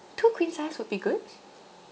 two queen sized would be good